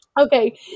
Okay